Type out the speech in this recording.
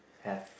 have